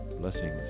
Blessings